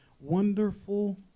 Wonderful